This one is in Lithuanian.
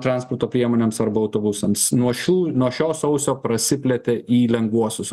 transporto priemonėms arba autobusams nuo šių nuo šio sausio prasiplėtė į lengvuosius